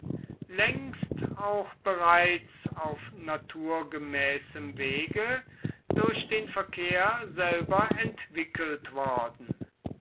längst auch bereits auf naturgemäßem wege durch den verkehr selber entwickelt worden